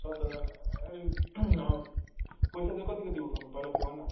सत्रजना पैसा चाहिँ कति कति उठाउनु पहिला त्यो भन् न